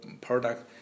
product